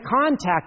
contact